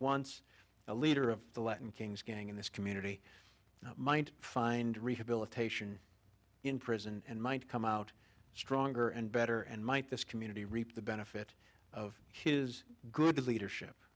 once a leader of the latin kings gang in this community mind find rehabilitation in prison and might come out stronger and better and might this community reap the benefit of his good leadership